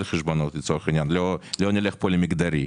חשבונות לצורך העניין לא נלך פה למגדרי,